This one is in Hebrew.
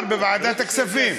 לא, זה מה שאמר בוועדת הכספים.